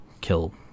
kill